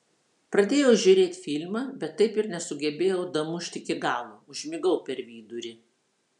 pradėjau žiūrėt filmą bet taip ir nesugebėjau damušt iki galo užmigau per vidurį